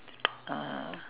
uh